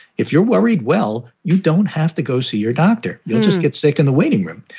if you're worried, well, you don't have to go see your doctor. you'll just get sick in the waiting room.